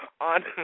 on